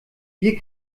wir